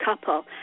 couple